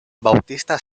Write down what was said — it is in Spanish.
bautista